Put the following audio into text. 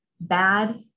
bad